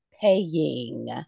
paying